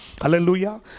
Hallelujah